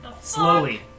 Slowly